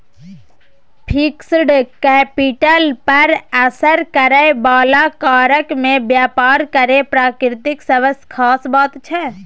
fixed capital पर असर करइ बला कारक मे व्यापार केर प्रकृति सबसँ खास बात छै